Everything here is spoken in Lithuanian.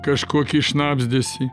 kažkokį šnabždesį